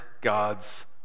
God's